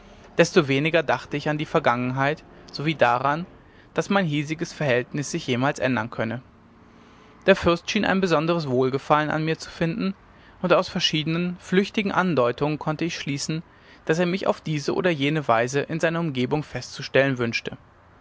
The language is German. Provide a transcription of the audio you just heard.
desto weniger dachte ich an die vergangenheit sowie daran daß mein hiesiges verhältnis sich jemals ändern könne der fürst schien ein besonderes wohlgefallen an mir zu finden und aus verschiedenen flüchtigen andeutungen konnte ich schließen daß er mich auf diese oder jene weise in seiner umgebung festzustellen wünschte